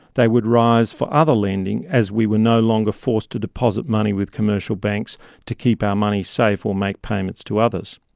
they would rise for other lending as we were no longer forced to deposit money with commercial banks to keep our money safe or make payments to others.